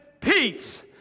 peace